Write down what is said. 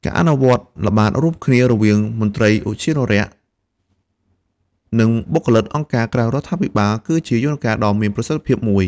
ការអនុវត្តល្បាតរួមគ្នារវាងមន្ត្រីឧទ្យានុរក្ស និងបុគ្គលិកអង្គការក្រៅរដ្ឋាភិបាល គឺជាយន្តការដ៏មានប្រសិទ្ធភាពមួយ។